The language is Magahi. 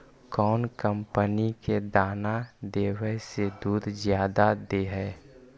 कौन कंपनी के दाना देबए से दुध जादा दे है?